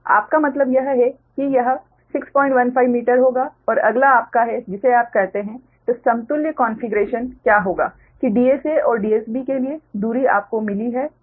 तो आपका मतलब यह है कि यह 615 मीटर होगा और अगला आपका है जिसे आप कहते हैं तो समतुल्य कॉन्फ़िगरेशन क्या होगा कि DSA और DSB के लिए दूरी आपको मिली है